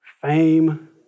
fame